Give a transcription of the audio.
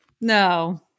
No